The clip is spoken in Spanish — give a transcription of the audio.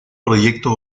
proyecto